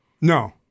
No